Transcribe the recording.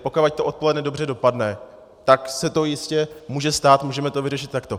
Pokud to odpoledne dobře dopadne, tak se to jistě může stát, můžeme to vyřešit takto.